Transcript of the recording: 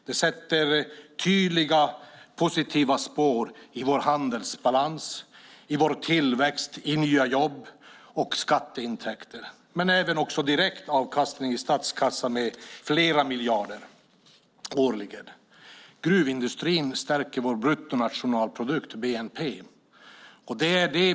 Det sätter tydliga positiva spår i vår handelsbalans, i vår tillväxt, i nya jobb och skatteintäkter. Det ger också en direkt avkastning till statskassan med flera miljarder årligen. Gruvindustrin stärker vår bruttonationalprodukt, bnp.